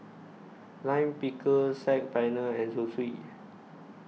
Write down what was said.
Lime Pickle Saag Paneer and Zosui